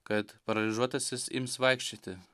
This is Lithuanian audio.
kad paralyžiuotasis ims vaikščioti